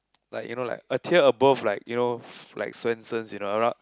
like you know like a tier above like you know like Swensens you know we're not